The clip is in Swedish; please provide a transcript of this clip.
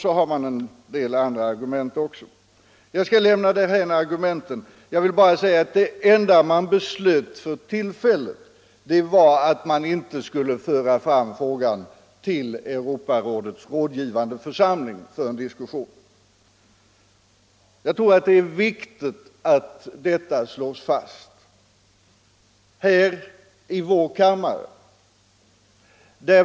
Man har andra argument också. Jag skall inte beröra dessa argument. Det enda beslut som fattades vid detta tillfälle var emellertid att man inte i nuläget skulle föra fram frågan till Europarådets rådgivande församling för en diskussion. Jag tror att det är viktigt att detta slås fast här i vår kammare.